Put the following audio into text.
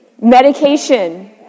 Medication